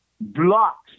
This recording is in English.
blocks